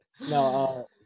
No